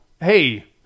hey